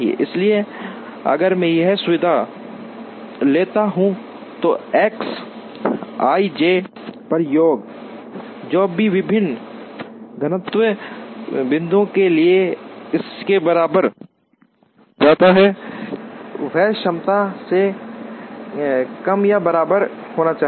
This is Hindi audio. इसलिए अगर मैं यह सुविधा लेता हूं तो एक्स आईजे j पर योग जो भी विभिन्न गंतव्य बिंदुओं के लिए इससे बाहर जाता है वह क्षमता से कम या उसके बराबर होना चाहिए